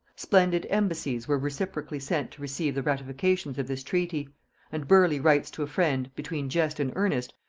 splendid embassies were reciprocally sent to receive the ratifications of this treaty and burleigh writes to a friend, between jest and earnest,